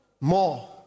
more